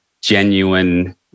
genuine